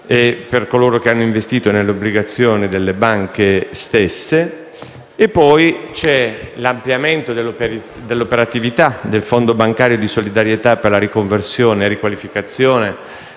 e per coloro che hanno investito nelle obbligazioni delle banche stesse; l'ampliamento dell'operatività del Fondo di solidarietà per la riconversione e riqualificazione